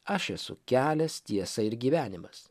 aš esu kelias tiesa ir gyvenimas